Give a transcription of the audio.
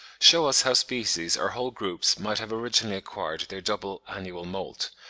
shew us how species, or whole groups, might have originally acquired their double annual moult,